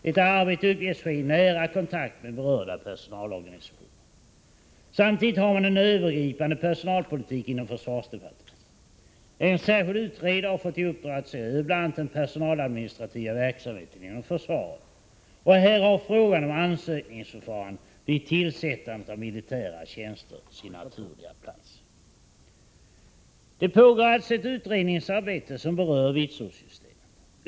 Detta arbete uppges ske i nära kontakt med berörda personalorganisationer. Vidare har man en övergripande personalpolitik inom försvarsdepartementet. En särskild utredare har fått i uppdrag att se över bl.a. den personaladministrativa verksamheten inom försvaret. Här har frågan om ansökningsförfarandet vid tillsättande av militära tjänster sin naturliga plats. Det pågår alltså ett utredningsarbete som berör vitsordssystemet.